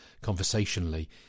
conversationally